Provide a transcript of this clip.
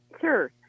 Sure